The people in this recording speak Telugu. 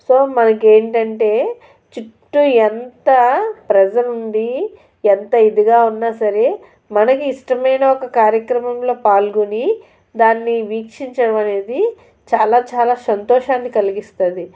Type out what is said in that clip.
సో మనకి ఏంటంటే చుట్టూ ఎంత ప్రెజర్ ఉంది ఎంత ఇదిగా ఉన్నా సరే మనకి ఇష్టమైన ఒక కార్యక్రమంలో పాల్గొని దాన్ని వీక్షించడం అనేది చాలా చాలా సంతోషాన్ని కలిగిస్తుంది